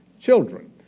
children